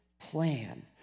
plan